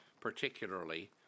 particularly